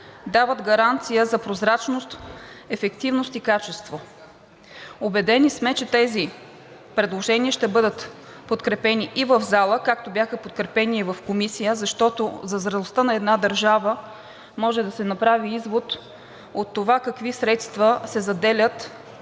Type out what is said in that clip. дават гаранция за прозрачност, ефективност и качество. Убедени сме, че тези предложения ще бъдат подкрепени и в залата, както бяха подкрепени и в Комисията, защото за зрелостта на една държава може да се направи извод от това какви средства се заделят